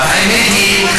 האמת היא,